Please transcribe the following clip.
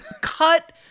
Cut